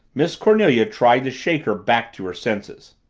miss cornelia tried to shake her back to her senses.